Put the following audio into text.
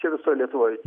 čia visoj lietuvoj